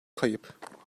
kayıp